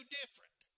different